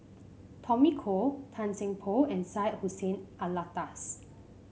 Tommy Koh Tan Seng Poh and Syed Hussein Alatas